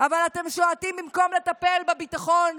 אבל אתם שועטים במקום לטפל בביטחון,